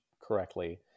correctly